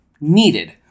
needed